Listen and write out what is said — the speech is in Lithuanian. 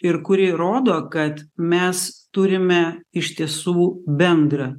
ir kuri rodo kad mes turime iš tiesų bendra